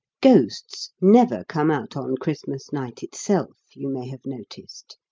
ghosts never come out on christmas night itself, you may have noticed.